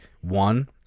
one